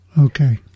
okay